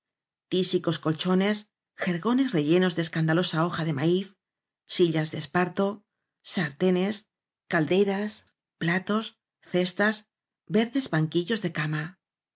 tísicos colchones jergones rellenos de escandalosa hoja de maíz sillas de esparto sartenes calderas platos cestas verdes banquillos de cama